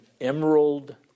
emerald